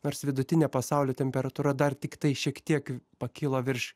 nors vidutinė pasaulio temperatūra dar tiktai šiek tiek pakilo virš